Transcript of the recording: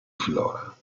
flora